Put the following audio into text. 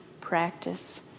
practice